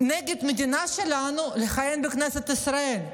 נגד המדינה שלנו לכהן בכנסת ישראל.